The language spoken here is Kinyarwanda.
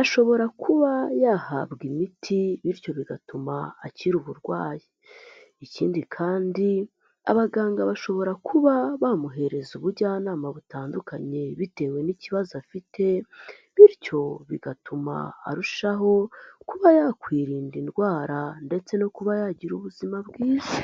ashobora kuba yahabwa imiti bityo bigatuma akira uburwayi. Ikindi kandi abaganga bashobora kuba bamuhereza ubujyanama butandukanye bitewe n'ikibazo afite bityo bigatuma arushaho kuba yakwirinda indwara ndetse no kuba yagira ubuzima bwiza.